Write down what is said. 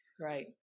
Right